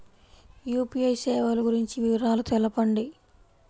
UPI సేవలు గురించి వివరాలు తెలుపండి?